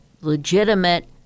legitimate